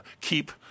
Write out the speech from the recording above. keep